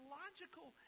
logical